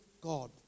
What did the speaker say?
God